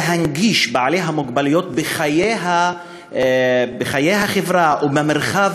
ולהנגיש את חיי החברה או את המרחב